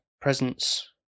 presence